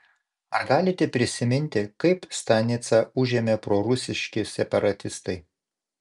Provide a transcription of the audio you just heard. ar galite prisiminti kaip stanicą užėmė prorusiški separatistai